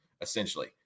essentially